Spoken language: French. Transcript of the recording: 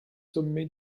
sommets